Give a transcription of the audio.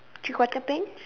three quarter pants